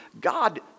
God